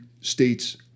states